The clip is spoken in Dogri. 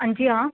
अंजी आं